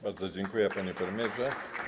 Bardzo dziękuję, panie premierze.